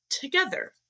together